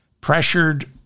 pressured